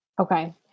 Okay